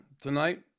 tonight